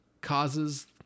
causes